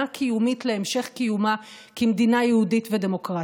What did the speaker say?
להמשך קיומה כמדינה יהודית ודמוקרטית.